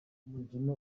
umukino